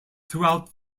throughout